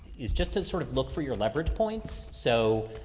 is just to sort of look for your leverage points. so,